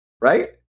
right